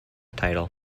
title